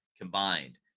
combined